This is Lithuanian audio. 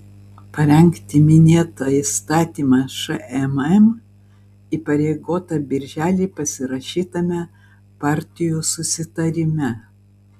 parengti minėtą įstatymą šmm įpareigota birželį pasirašytame partijų susitarime